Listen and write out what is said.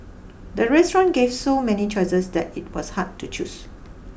the restaurant gave so many choices that it was hard to choose